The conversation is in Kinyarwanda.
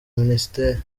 minisiteri